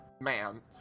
man